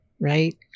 right